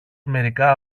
μερικά